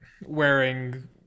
wearing